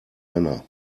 männer